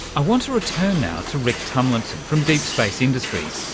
i want to return now to rick tumlinson from deep space industries,